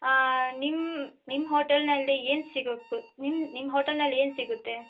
ಹಾಂ ನಿಮ್ಮ ನಿಮ್ಮ ಹೋಟೆಲಿನಲ್ಲಿ ಏನು ಸಿಗು ನಿಮ್ಮ ನಿಮ್ಮ ಹೋಟೆಲಿನಲ್ಲಿ ಏನು ಸಿಗುತ್ತೆ